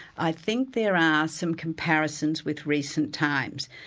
i think there are some comparisons with recent times,